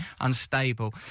unstable